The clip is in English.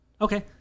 Okay